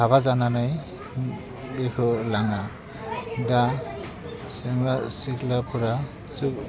हाबा जानानै बेखौ लाङा दा सेंग्रा सिख्लाफ्रासो